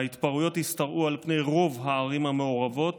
ההתפרעויות השתרעו על פני רוב הערים המעורבות